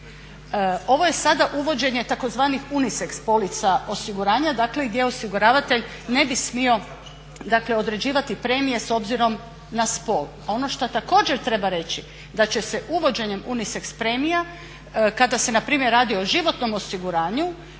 Ovo je sada uvođenje tzv. unisex polica osiguranja, dakle gdje osiguravatelj ne bi smio, dakle određivati premije s obzirom na spol. A ono što također treba reći da će se uvođenjem unisex premija kada se npr. radi o životnom osiguranju